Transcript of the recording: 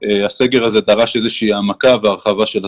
הסגר הזה דרש איזושהי העמקה והרחבה של התוכנית.